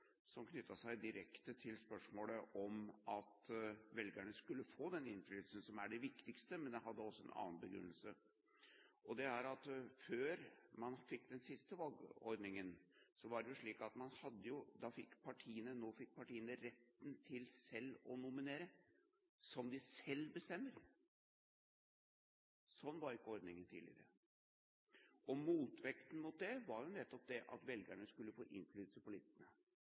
som strakte seg utover det som knyttet seg direkte til spørsmålet om velgerne skulle få denne innflytelsen, som er det viktigste. Det hadde en annen begrunnelse, og det var at før man fikk den siste valgordningen, var det jo slik at nå fikk partiene rett til å nominere som de selv bestemte. Sånn var ikke ordningen tidligere. Motvekten mot det var jo nettopp det at velgerne skulle få innflytelse på listene.